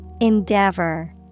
Endeavor